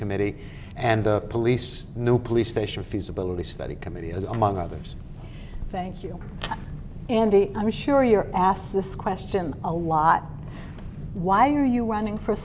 committee and the police new police station feasibility study committee is among others thank you andy i'm sure you're asked this question a lot why are you running for